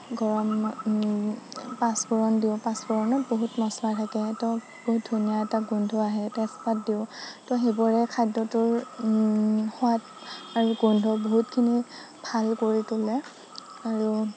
গৰম পাঁচপূৰণ দিওঁ পাঁচপূৰণত বহুত মছলা থাকে তেও বহুত ধুনীয়া এটা গোন্ধ আহে তেজপাত দিওঁ ত' সেইবোৰে খাদ্যটোৰ সোৱাদ আৰু গোন্ধ বহুতখিনি ভাল কৰি তোলে আৰু